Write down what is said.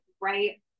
right